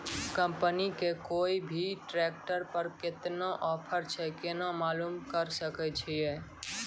Company के कोय भी ट्रेक्टर पर केतना ऑफर छै केना मालूम करऽ सके छियै?